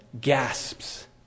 gasps